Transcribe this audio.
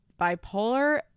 bipolar